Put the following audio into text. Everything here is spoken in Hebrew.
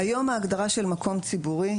היום ההגדרה של מקום ציבורי,